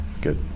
Good